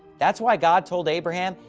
that's why god told abraham,